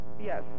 Yes